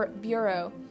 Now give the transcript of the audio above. Bureau